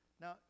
Now